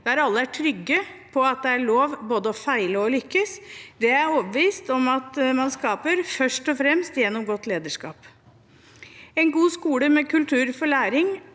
der alle er trygge på at det er lov både å feile og å lykkes – er jeg overbevist om at man skaper først og fremst gjennom godt lederskap. En god skole med kultur for læring